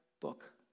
book